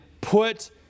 put